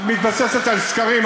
את מתבססת על סקרים.